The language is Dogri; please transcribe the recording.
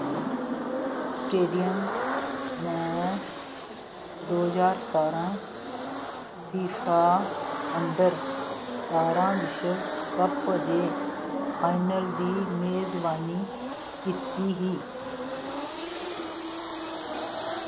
स्टेडियम ने दो ज्हार स्तारां फीफा अंडर स्तारां विश्व कप दे फाइनल दी मेजबानी कीती ही